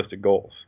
goals